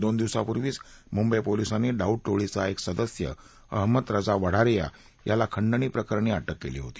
दोन दिवसांपूर्वीच मुंबई पोलीसांनी दाऊद टोळीचा एक सदस्य अहमद रजा वढारिया याला खंडणी प्रकरणी अटक केली होती